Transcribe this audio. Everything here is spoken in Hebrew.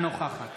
אינה נוכחת